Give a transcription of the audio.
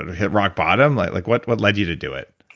hit rock bottom? like like what what led you to do it?